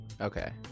Okay